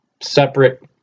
separate